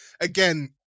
again